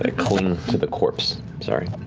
that cling to the corpse sorry.